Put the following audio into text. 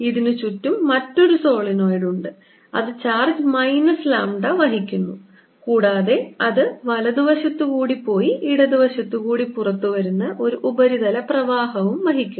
ഇതിന് ചുറ്റും മറ്റൊരു സോളിനോയിഡ് ഉണ്ട് അത് ചാർജ് മൈനസ് ലാംഡ വഹിക്കുന്നു കൂടാതെ അത് വലതു വശത്തുകൂടി പോയി ഇടതുവശത്തുകൂടി പുറത്തുവരുന്ന ഒരു ഉപരിതല പ്രവാഹവും വഹിക്കുന്നു